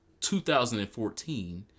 2014